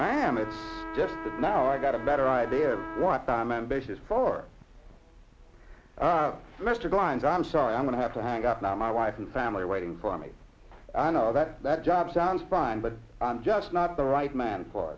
i am it's now i got a better idea of what time and basis for mr blind i'm sorry i'm going to have to hang up now my wife and family are waiting for me i know that that job sounds fine but i'm just not the right man for